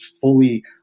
fully